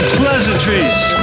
pleasantries